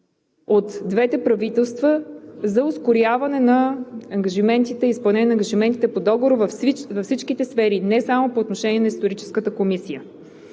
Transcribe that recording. от двете правителства за ускоряване изпълнението на ангажиментите по Договора във всичките сфери – не само по отношение на Историческата комисия.